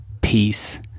peace